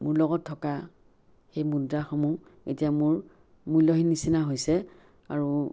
মোৰ লগত থকা এই মুদ্ৰাসমূহ এতিয়া মোৰ মূল্যহীন নিচিনা হৈছে আৰু